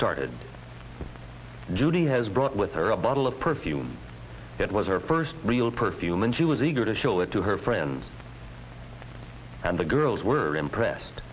started judy has brought with her a bottle of perfume that was our first real perfume and she was eager to show it to her friends and the girls were impressed